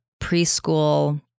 preschool